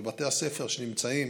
בבתי הספר שנמצאים